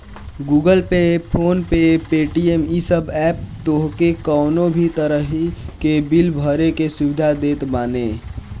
Google Pay, PhonePe, Paytm इ सब app तोहके कवनो भी तरही के बिल भरे के सुविधा देत बाने